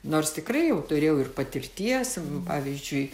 nors tikrai jau turėjau ir patirties pavyzdžiui